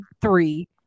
three